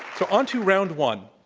to um to round one,